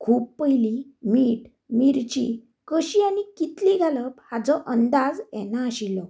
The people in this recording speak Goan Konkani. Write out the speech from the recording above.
खूब पयलीं मीठ मिर्ची कशी आनी कितली घालप हाजो अंदाज येनाशिल्लो